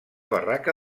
barraca